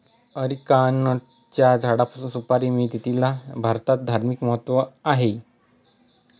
अरिकानटच्या झाडापासून सुपारी मिळते, तिला भारतात धार्मिक महत्त्व आहे